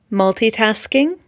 multitasking